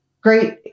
great